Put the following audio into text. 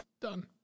done